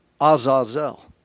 Azazel